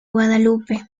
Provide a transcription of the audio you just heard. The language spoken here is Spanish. guadalupe